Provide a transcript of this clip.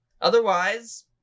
Otherwise